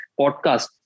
podcast